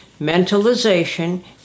Mentalization